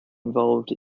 involved